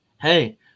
hey